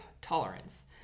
tolerance